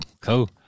Cool